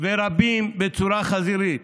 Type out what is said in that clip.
ורבים בצורה חזירית?